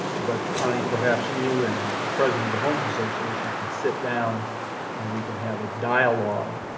but, connie, perhaps you and the president of the homes association can sit down and we can have a dialogue